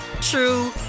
true